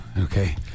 okay